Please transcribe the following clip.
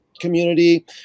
community